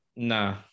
Nah